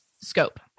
scope